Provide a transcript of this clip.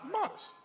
Modest